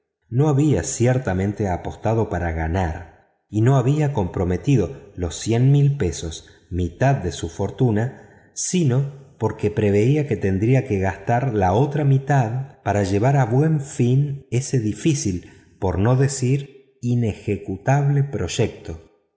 no había ciertamente apostado para ganar y no había comprometido las veinte mil libras mitad de su fortuna sino porque preveía que tendría que gastar la otra mitad para llevar a buen fin ese difícil por no decir inejecutable proyecto